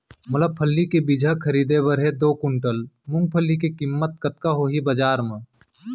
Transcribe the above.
मोला फल्ली के बीजहा खरीदे बर हे दो कुंटल मूंगफली के किम्मत कतका होही बजार म?